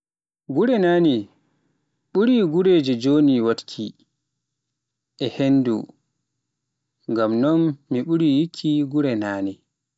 Gure nane ɓuri gureje joni wodki, e hanndu, ngam non mi ɓuri yikki gure nane.